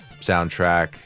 soundtrack